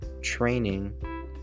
training